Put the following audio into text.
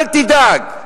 אל תדאג,